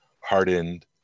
hardened